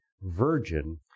virgin